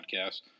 podcast